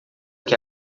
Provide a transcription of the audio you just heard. que